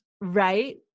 Right